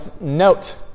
note